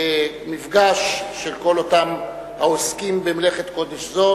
מפגש של כל אותם העוסקים במלאכת קודש זו,